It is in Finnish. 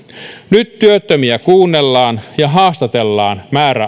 nyt työttömiä kuunnellaan ja haastatellaan määräajoin